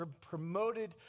promoted